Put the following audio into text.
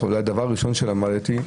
אולי הדבר הראשון שלמדתי,